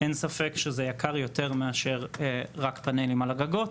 אין ספק שזה יקר יותר מאשר רק פאנלים על הגגות,